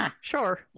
Sure